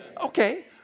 Okay